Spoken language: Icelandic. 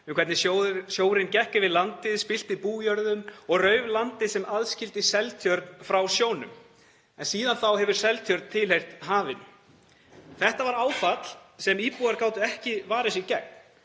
um hvernig sjórinn gekk yfir landið, spillti bújörðum og rauf landið sem aðskildi Seltjörn frá sjónum en síðan þá hefur Seltjörn tilheyrt hafinu. Þetta var áfall sem íbúar gátu ekki varið sig gegn